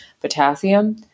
potassium